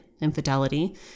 infidelity